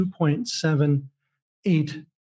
2.78